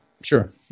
Sure